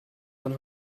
man